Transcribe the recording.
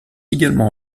également